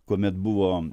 kuomet buvo